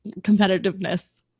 competitiveness